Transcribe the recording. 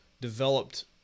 developed